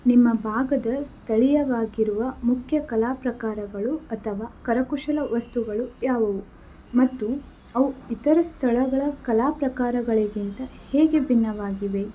ನಿಮ್ಮ ಭಾಗದ ಸ್ಥಳೀಯವಾಗಿರುವ ಮುಖ್ಯ ಕಲಾಪ್ರಕಾರಗಳು ಅಥವಾ ಕರಕುಶಲ ವಸ್ತುಗಳು ಯಾವುವು ಮತ್ತು ಅವು ಇತರ ಸ್ಥಳಗಳ ಕಲಾಪ್ರಕಾರಗಳಿಗಿಂತ ಹೇಗೆ ಭಿನ್ನವಾಗಿವೆ